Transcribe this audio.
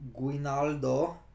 Guinaldo